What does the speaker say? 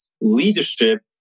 leadership